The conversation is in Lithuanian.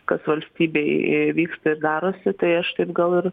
kas valstybėj vyksta ir darosi tai aš taip gal ir